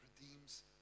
redeems